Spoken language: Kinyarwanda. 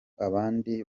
abandi